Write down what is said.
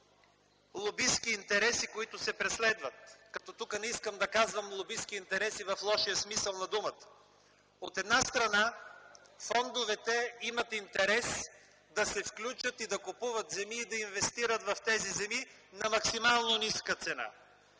лобистки интереси, които се преследват. Тук не искам да казвам лобистки интереси в лошия смисъл на думата. От една страна, фондовете имат интерес да се включат и да купуват земи, и да инвестират в тези земи на максимално ниска цена.